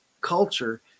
culture